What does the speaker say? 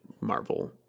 marvel